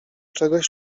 czegoś